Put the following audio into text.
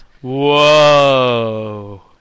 Whoa